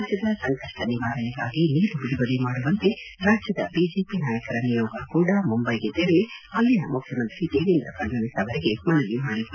ರಾಜ್ಲದ ಸಂಕಪ್ನ ನಿವಾರಣೆಗಾಗಿ ನೀರು ಬಿಡುಗಡೆ ಮಾಡುವಂತೆ ರಾಜ್ಯದ ಬಿಜೆಪಿ ನಾಯಕರ ನಿಯೋಗ ಮುಂಬೈಗೆ ತೆರಳಿ ಅಲ್ಲಿನ ಮುಖ್ಯಮಂತ್ರಿ ದೇವೇಂದ್ರ ಫಡ್ನವಿಸ್ ಅವರಿಗೆ ಮನವಿ ಮಾಡಿತ್ತು